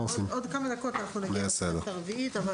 בעוד כמה דקות נגיע לתוספת הרביעית.